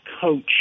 coach